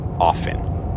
Often